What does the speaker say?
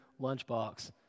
Lunchbox